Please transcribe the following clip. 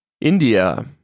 India